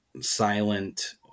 silent